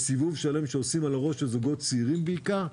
זה סיבוב שלם שעושים על הראש של זוגות צעירים בעיקר,